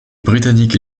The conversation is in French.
britanniques